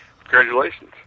Congratulations